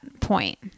point